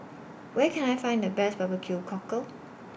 Where Can I Find The Best Barbecue Cockle